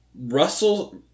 Russell